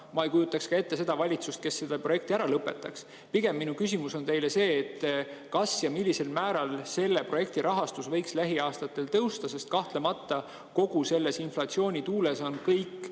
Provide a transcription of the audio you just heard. ma ei kujutaks ette valitsust, kes selle projekti ära lõpetaks. Minu küsimus on pigem see: kas ja millisel määral selle projekti rahastus võiks lähiaastatel tõusta? Kahtlemata on kogu selles inflatsioonituules kõik